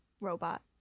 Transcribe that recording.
robot